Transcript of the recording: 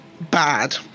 bad